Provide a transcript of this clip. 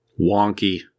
Wonky